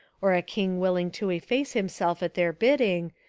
or a king willing to efface himself at their bidding,